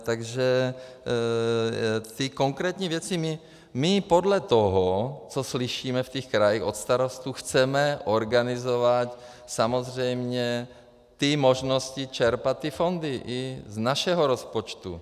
Takže v té konkrétní věci my podle toho, co slyšíme v těch krajích od starostů, chceme organizovat samozřejmě ty možnosti čerpat ty fondy i z našeho rozpočtu.